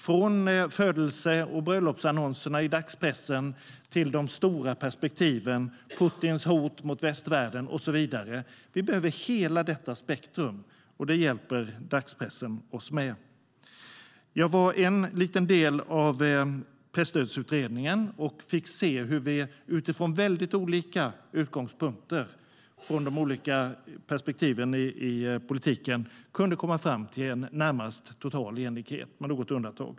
Från födelse och bröllopsannonserna i dagspressen till de stora perspektiven, Putins hot mot västvärlden och så vidare - vi behöver hela detta spektrum. Det hjälper dagspressen oss med. Jag var en del av Presstödsutredningen, och jag fick se hur vi utifrån olika utgångspunkter från de olika perspektiven i politiken kunde komma fram till en närmast total enighet - med något undantag.